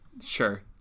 sure